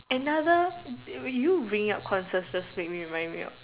another you bringing up consensus make me remind me of